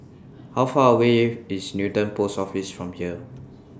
How Far away IS Newton Post Office from here